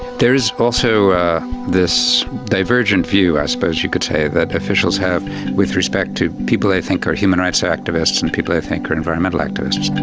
there is also this divergent view, i suppose you could say, that officials have with respect to people i think are human rights activists activists and people i think are environmental activists.